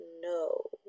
No